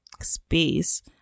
space